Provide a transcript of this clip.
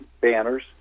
banners